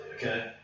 okay